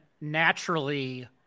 naturally